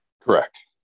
correct